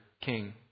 King